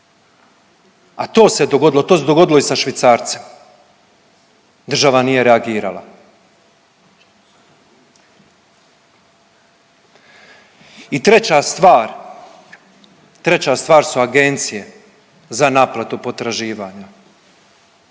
to se dogodilo i sa švicarcem, država nije reagirala. I treća stvar, treća stvar su Agencije za naplatu potraživanja.